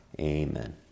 Amen